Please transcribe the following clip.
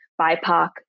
BIPOC